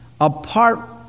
apart